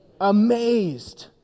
amazed